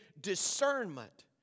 discernment